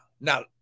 now